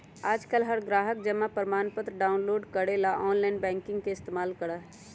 आजकल हर ग्राहक जमा प्रमाणपत्र डाउनलोड करे ला आनलाइन बैंकिंग के इस्तेमाल करा हई